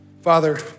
Father